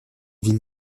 ville